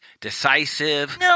decisive